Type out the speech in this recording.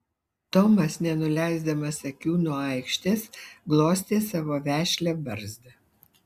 tomas nenuleisdamas akių nuo aikštės glostė savo vešlią barzdą